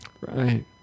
Right